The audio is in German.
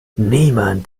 niemand